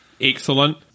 Excellent